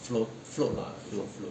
float